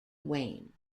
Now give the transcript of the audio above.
wayne